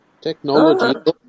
Technology